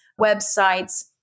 websites